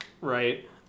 right